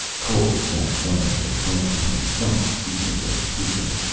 cole sat silently across from him, not eating or speaking.